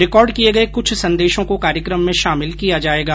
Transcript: record किए गए कुछ संदेशों को कार्यक्रम में शामिल किया जाएगा